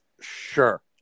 Sure